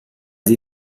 sie